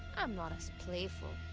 am not as playful.